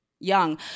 young